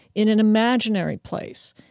in an imaginary place,